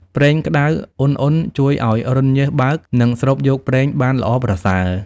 ប្រេងក្តៅឧណ្ហៗជួយឲ្យរន្ធញើសបើក និងស្រូបយកប្រេងបានល្អប្រសើរ។